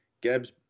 Gab's